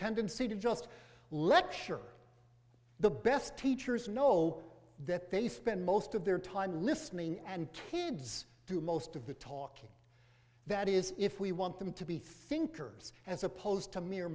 tendency to just lecture the best teachers know that they spend most of their time listening and can do most of the talking that is if we want them to be thinkers as opposed to